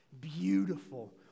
beautiful